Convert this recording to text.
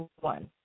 one